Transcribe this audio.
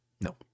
No